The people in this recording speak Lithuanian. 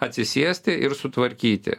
atsisėsti ir sutvarkyti